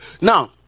now